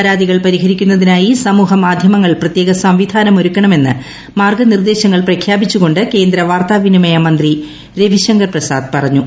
പരാതികൾ പരിഹരിക്കുന്നതിനായി സമൂഹ മാധ്യമങ്ങൾ പ്രത്യേക സംവിധാനം ഒരുക്കണമെന്ന് മാർഗ്ഗനിർദ്ദേശങ്ങൾ പ്രഖ്യാപിച്ചുകൊണ്ട് കേന്ദ്ര വാർത്താവിനിമയ മന്ത്രി രവിശങ്കർ പ്രസാദ് പറഞ്ഞു